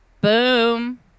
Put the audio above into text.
Boom